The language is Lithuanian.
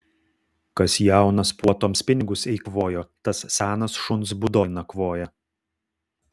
kas jaunas puotoms pinigus eikvojo tas senas šuns būdoj nakvoja